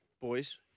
Boys